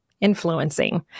influencing